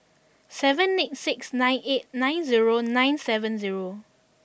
seven eight six nine eight nine zero nine seven zero